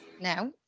Now